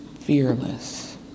fearless